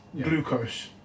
glucose